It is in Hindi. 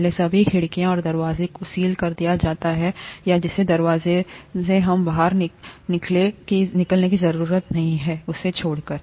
पहले सभी खिड़कियों और दरवाजों को सील कर दिया जाता है या जिस दरवाजे से हमें बाहर निकलने की जरूरत होती है उसे छोड़कर